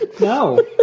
No